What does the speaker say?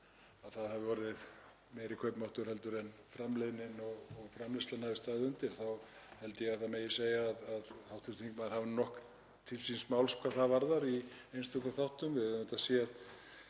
að það hafi orðið meiri kaupmáttur heldur en framleiðnin og framleiðslan hafi staðið undir þá held ég að það megi segja að hv. þingmaður hafi nokkuð til síns máls hvað það varðar í einstökum þáttum. Við höfum séð